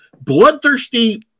bloodthirsty